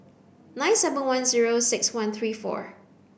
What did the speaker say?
nine seven one zero six one three four